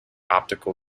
optical